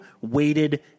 weighted